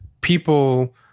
people